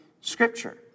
scripture